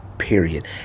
Period